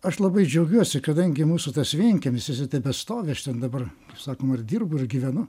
aš labai džiaugiuosi kadangi mūsų tas vienkiemis jisai tebestovi aš ten dabar kaip sakoma ir dirbu ir gyvenu